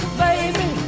baby